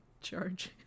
charge